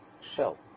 shell